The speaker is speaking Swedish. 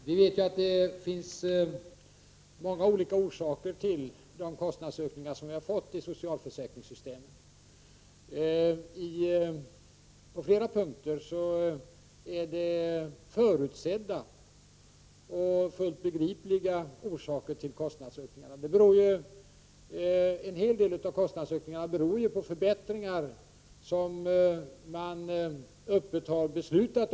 Herr talman! Vi vet ju att det finns många olika orsaker till kostnadsökningarna i socialförsäkringssystemet. På flera punkter finns det förutsedda och fullt begripliga orsaker till kostnadsökningarna. En hel del av kostnadsökningarna beror på förbättringar som öppet har beslutats.